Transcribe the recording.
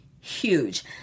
huge